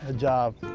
ah job.